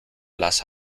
las